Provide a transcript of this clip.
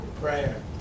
prayer